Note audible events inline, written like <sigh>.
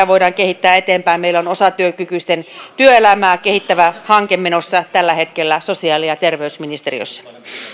<unintelligible> voidaan kehittää eteenpäin ja meillä on osatyökykyisten työelämää kehittävä hanke menossa tällä hetkellä sosiaali ja terveysministeriössä